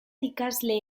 ikasle